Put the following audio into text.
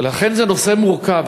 ולכן זה נושא מורכב.